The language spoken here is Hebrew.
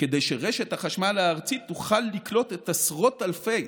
כדי שרשת החשמל הארצית תוכל לקלוט את עשרות אלפי,